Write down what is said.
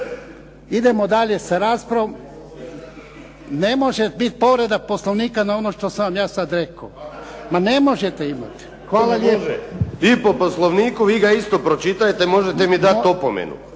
Idemo dalje sa raspravom. Ne može biti povreda Poslovnika na ono što sam vam ja sad rekao. Ma ne možete imati. Hvala lijepo. **Vinković, Zoran (SDP)** Vi po Poslovniku, vi ga isto pročitajte, možete mi dati opomenu,